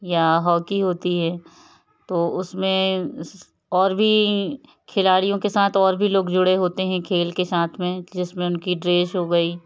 या हॉकी होती है तो उस में और भी खिलाडियों के साथ और भी लोग जुड़े होते हैं खेल के साथ में जिस में उनकी ड्रेस हो गई